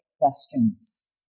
questions